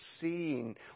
seeing